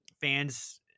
fans